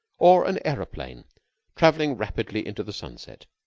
or an aeroplane traveling rapidly into the sunset.